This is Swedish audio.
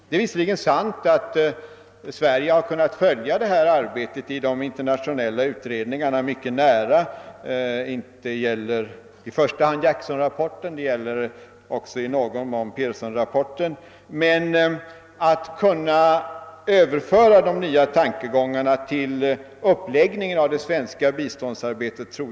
Det är visserligen sant att Sverige mycket nära har kunnat följa arbetet i de internationella utredningarna — det gäller i första hand Jacksonrapporten men också i någon mån Pearsonrapporten. Jag tror emellertid att det är nödvändigt att överföra de nya tankegångarna på uppläggningen av det svenska biståndsarbetet.